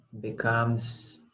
becomes